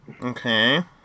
Okay